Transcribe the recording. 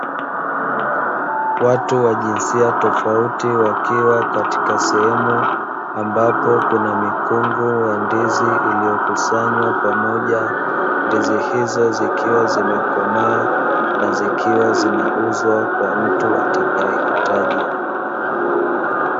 Watu wa jinsia tofauti wakiwa katika sehemu ambapo kuna mikungu ya ndizi iliyokusanywa pamoja. Ndizi hizo zikiwa zimekomaa na zikiwa zinauzwa kwa mtu atakayehitaji.